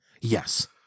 Yes